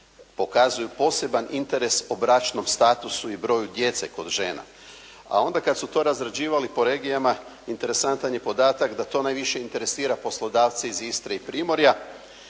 pokazuju poseban interes po bračnom statusu i broju djece kod žena, a onda kad su to razrađivali po regijama interesantan je podatak da to najviše interesira poslodavce iz Istre i Primorja,